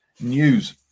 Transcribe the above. news